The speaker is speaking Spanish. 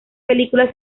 película